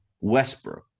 Westbrook